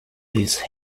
these